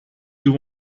you